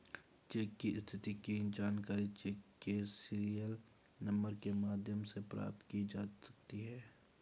check की स्थिति की जानकारी चेक के सीरियल नंबर के माध्यम से प्राप्त की जा सकती है